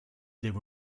deve